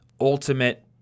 ultimate